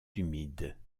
humides